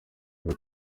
biri